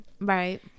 Right